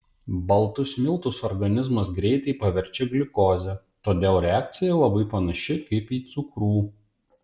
baltus miltus organizmas greitai paverčia gliukoze todėl reakcija labai panaši kaip į cukrų